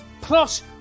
Plus